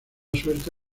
suerte